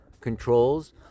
controls